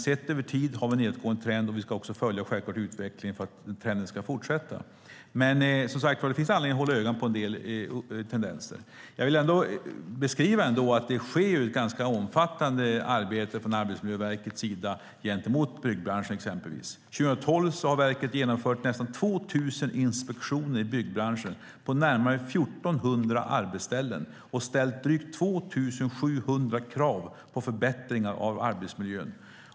Sett över tid har vi dock en nedåtgående trend, och vi ska självklart följa utvecklingen för att trenden ska fortsätta. Det finns dock som sagt anledning att hålla ögonen på en del tendenser. Jag vill ändå beskriva att det sker ett ganska omfattande arbete från Arbetsmiljöverkets sida gentemot exempelvis byggbranschen. År 2012 genomförde verket nästan 2 000 inspektioner i byggbranschen på närmare 1 400 arbetsställen och ställde drygt 2 700 krav på förbättringar av arbetsmiljön.